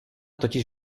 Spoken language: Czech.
totiž